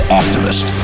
activist